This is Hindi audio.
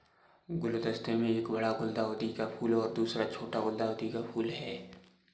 गुलदस्ते में एक बड़ा गुलदाउदी का फूल और दूसरा छोटा गुलदाउदी का फूल है